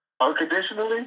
unconditionally